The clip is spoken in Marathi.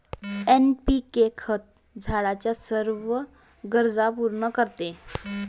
एन.पी.के खत झाडाच्या सर्व गरजा पूर्ण करते